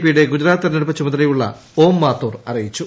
പിയുടെ ഗുജറാത്ത് തെരഞ്ഞെടുപ്പ് ചുമതലയുള്ള ഓം മാത്തൂർ അറിയിച്ചു